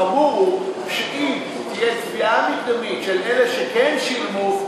החמור הוא שאם תהיה תביעה מקדמית של אלה שכן שילמו,